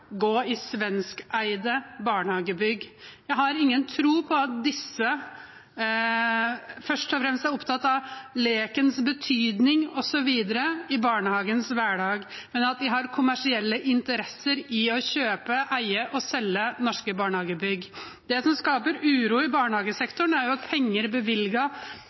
gå i svenskeide barnehagebygg. Jeg har ingen tro på at disse først og fremst er opptatt av lekens betydning osv. i barnehagens hverdag, men at de har kommersielle interesser i å kjøpe, eie og selge norske barnehagebygg. Det som skaper uro i barnehagesektoren, er at penger